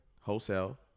wholesale